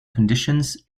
conditions